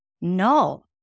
No